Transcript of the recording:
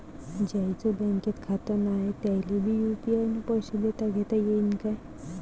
ज्याईचं बँकेत खातं नाय त्याईले बी यू.पी.आय न पैसे देताघेता येईन काय?